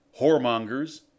Whoremongers